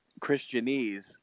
Christianese